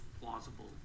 plausible